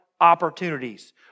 opportunities